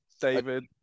David